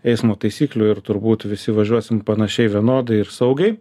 eismo taisyklių ir turbūt visi važiuosim panašiai vienodai ir saugiai